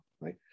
right